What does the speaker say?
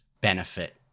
benefit